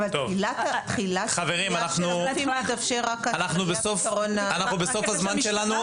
--- חברים, אנחנו בסוף הזמן שלנו.